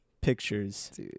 pictures